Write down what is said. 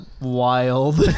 wild